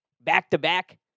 back-to-back